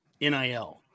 NIL